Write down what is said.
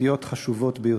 משפטיות חשובות ביותר.